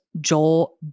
Joel